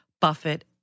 Buffett